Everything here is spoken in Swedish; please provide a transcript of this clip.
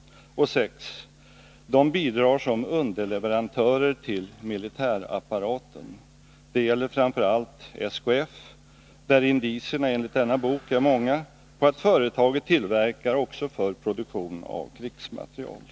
6. De bidrar som underleverantörer till militärapparaten. Det gäller framför allt SKF. Indicierna är enligt denna bok många på att företaget tillverkar också för produktion av krigsmateriel.